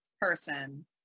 person